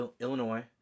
Illinois